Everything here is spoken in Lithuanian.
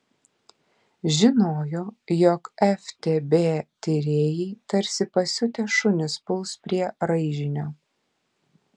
žinojo jog ftb tyrėjai tarsi pasiutę šunys puls prie raižinio